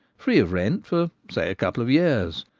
free of rent, for say a couple of years.